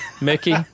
Mickey